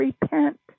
repent